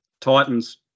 Titans